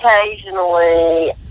Occasionally